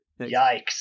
Yikes